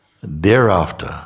thereafter